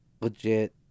legit